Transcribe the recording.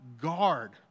guard